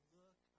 look